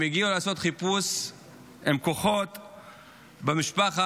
הם הגיעו לעשות חיפוש עם כוחות במשפחה,